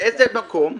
באיזה מקום,